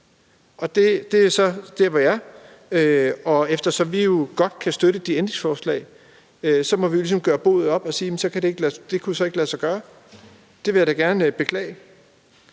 og det flertal var der ikke. Eftersom vi godt kan støtte de ændringsforslag, måtte vi ligesom gøre boet op og sige, at det så ikke kunne lade sig gøre, og det vil jeg da gerne beklage.